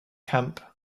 camp